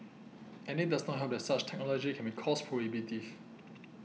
and it does not help that such technology can be cost prohibitive